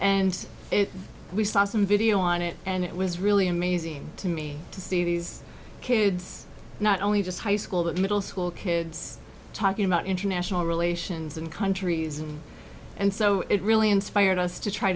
and we saw some video on it and it was really amazing to me to see these kids not only just high school but middle school kids talking about international relations and countries and so it really inspired us to try